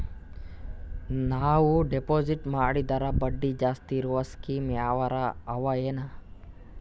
ನಾವು ಡೆಪಾಜಿಟ್ ಮಾಡಿದರ ಬಡ್ಡಿ ಜಾಸ್ತಿ ಇರವು ಸ್ಕೀಮ ಯಾವಾರ ಅವ ಏನ?